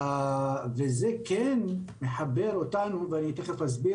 וזה כן מחבר אותנו ואני תיכף אסביר,